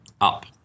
up